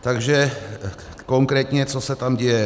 Takže konkrétně co se tam děje.